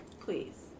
please